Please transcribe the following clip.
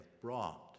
brought